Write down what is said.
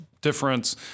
difference